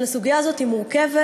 אבל הסוגיה הזאת מורכבת.